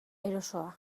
erosoa